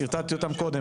שרטטתי אותן קודם.